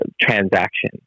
transaction